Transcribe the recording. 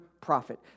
prophet